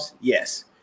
Yes